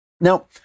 Now